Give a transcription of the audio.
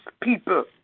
people